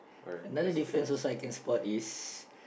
another difference also I can spot is